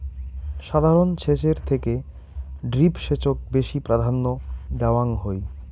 সাধারণ সেচের থেকে ড্রিপ সেচক বেশি প্রাধান্য দেওয়াং হই